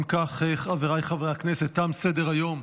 אם כך, חבריי חברי הכנסת, תם סדר-היום.